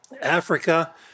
Africa